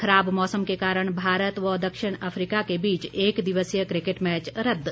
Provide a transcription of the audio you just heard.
खराब मौसम के कारण भारत व दक्षिण अफ्रीका के बीच एक दिवसीय क्रिकेट मैच रद्द